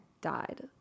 died